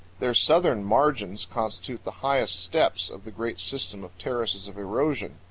their southern margins constitute the highest steps of the great system of terraces of erosion.